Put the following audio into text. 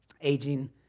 Aging